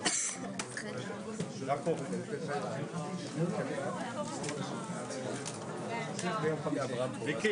הישיבה ננעלה בשעה 19:07.